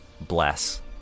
bless